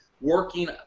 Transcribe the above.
working